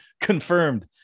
confirmed